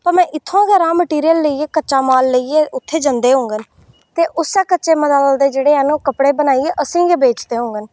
भामें इत्थुआं गै रा मैटीरियल लेइयै कच्चा माल लेइयै इत्थें जंदे होङन ते उस्सै कच्चे माल दे ओह् कपड़े बनाइयै असेंगी बेचदे होङन